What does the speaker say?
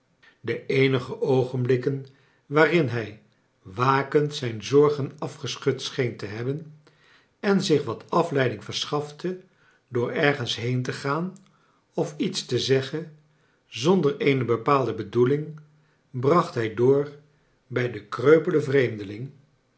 de eenige oogenblikken waarin hij wakend zijn zorgen afgeschud scheen te hebben en zioh wat afleiding verschafte door ergens heen te gaan of iets te zeggen zonder eene bepaalde bedoeling bracht hij door bij den kreupelen vreemdeling